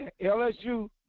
LSU